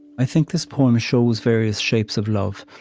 i think this poem shows various shapes of love.